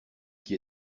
qui